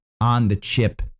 on-the-chip